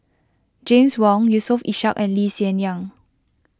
James Wong Yusof Ishak and Lee Hsien Yang